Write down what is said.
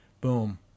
Boom